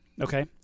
Okay